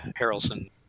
Harrelson